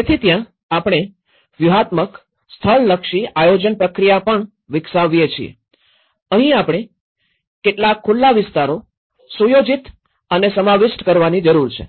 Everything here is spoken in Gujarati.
તેથી ત્યાં આપણે વ્યૂહાત્મક સ્થળલક્ષી આયોજન પ્રક્રિયા પણ વિકસાવીએ છીએઅહીં આપણે કેટલાક ખુલ્લા વિસ્તારો સુયોજિત અને સમાવિષ્ટ કરવાની જરૂર છે